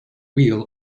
wheel